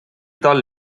tal